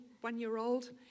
one-year-old